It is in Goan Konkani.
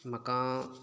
म्हाका